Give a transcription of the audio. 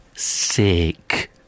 Sick